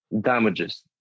damages